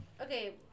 Okay